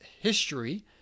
history